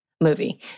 movie